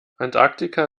antarktika